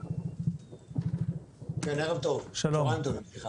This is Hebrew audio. צהריים טובים.